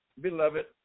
beloved